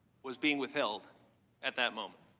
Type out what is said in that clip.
was being withheld at that moment.